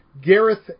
Gareth